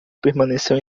permaneceu